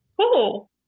cool